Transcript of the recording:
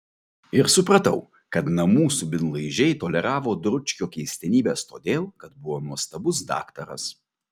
ir supratau kad namų subinlaižiai toleravo dručkio keistenybes todėl kad buvo nuostabus daktaras